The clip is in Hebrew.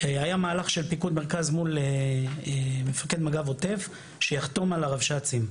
היה מהלך של פיקוד מרכז מול מפקד מג"ב עוטף שיחתום על הרבש"צים,